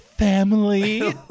family